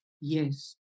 yes